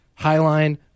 Highline